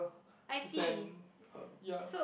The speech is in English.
than um yeah